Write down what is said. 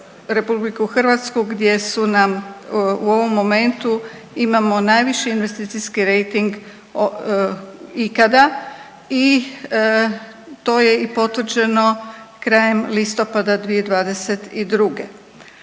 prepoznale RH gdje su nam u ovom momentu imamo najviši investicijski rejting ikada. I to je i potvrđeno krajem listopada 2022.